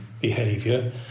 behavior